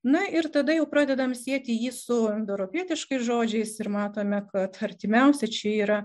na ir tada jau pradedam sieti jį su indoeuropietiškais žodžiais ir matome kad artimiausi čia yra